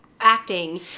acting